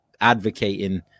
advocating